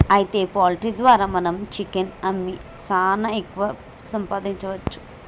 అయితే పౌల్ట్రీ ద్వారా మనం చికెన్ అమ్మి సాన ఎక్కువ సంపాదించవచ్చు